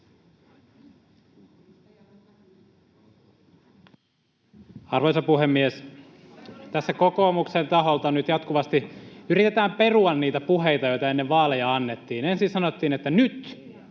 Arvoisa puhemies! Tässä kokoomuksen taholta nyt jatkuvasti yritetään perua niitä puheita, joita ennen vaaleja annettiin. Ensin sanottiin, että nyt,